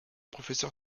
professeur